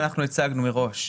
במודל שאנחנו הצגנו מראש,